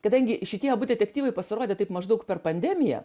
kadangi šitie abu detektyvai pasirodė taip maždaug per pandemiją